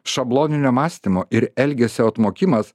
šabloninio mąstymo ir elgesio atmokimas